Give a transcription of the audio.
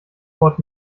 wort